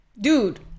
Dude